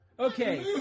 Okay